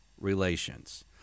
relations